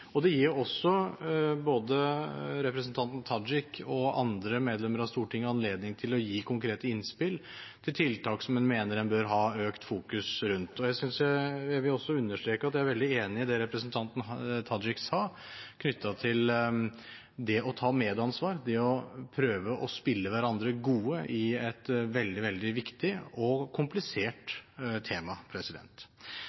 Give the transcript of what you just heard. Det gir både representanten Tajik og andre medlemmer av Stortinget anledning til å gi konkrete innspill til tiltak som en mener en bør ha sterkere fokus på. Jeg vil også understreke at jeg er veldig enig i det representanten Tajik sa, knyttet til det å ta medansvar, det å prøve å spille hverandre gode på et veldig, veldig viktig og komplisert